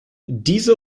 diese